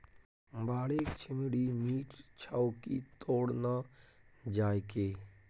बाड़ीक छिम्मड़ि मीठ छौ की तोड़ न जायके